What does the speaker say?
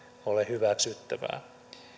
ole hyväksyttävää